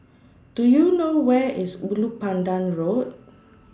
Do YOU know Where IS Ulu Pandan Road